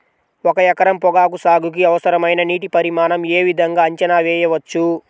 ఒక ఎకరం పొగాకు సాగుకి అవసరమైన నీటి పరిమాణం యే విధంగా అంచనా వేయవచ్చు?